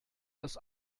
das